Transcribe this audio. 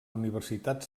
universitat